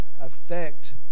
affect